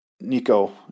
Nico